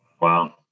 wow